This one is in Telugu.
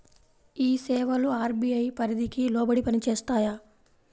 ఈ సేవలు అర్.బీ.ఐ పరిధికి లోబడి పని చేస్తాయా?